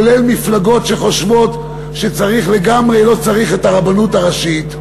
כולל מפלגות שחושבות שלגמרי לא צריך את הרבנות הראשית,